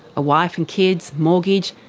a wife and kids, mortgage,